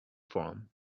from